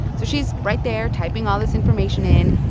so she's right there typing all this information in,